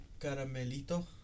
Caramelito